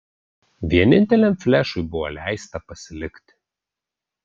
vieninteliam flešui buvo leista pasilikti